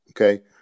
Okay